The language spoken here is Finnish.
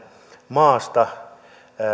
maasta tänne